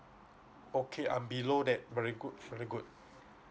okay I'm below that very good very good